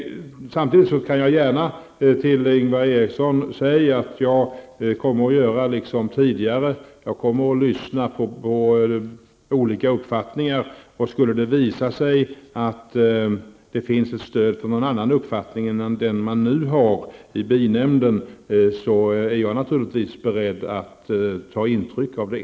Samtidigt kan jag gärna säga till Ingvar Eriksson att jag liksom tidigare kommer att lyssna på olika uppfattningar. Skulle det visa sig att det finns ett stöd för någon annan uppfattning än den man nu har i binämnden är jag naturligtvis beredd att ta intryck av det.